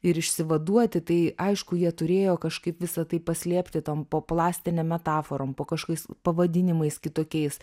ir išsivaduoti tai aišku jie turėjo kažkaip visa tai paslėpti tom poplastinėm metaforom po kažkokiais pavadinimais kitokiais